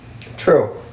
True